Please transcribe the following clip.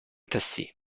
tassì